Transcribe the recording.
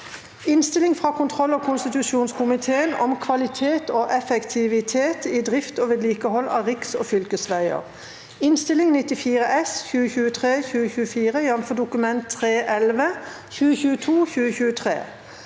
Innstilling fra kontroll- og konstitusjonskomiteen om Kvalitet og effektivitet i drift og vedlikehold av riks- og fylkesveier (Innst. 94 S (2023–2024), jf. Dokument 3:11 (2022–2023))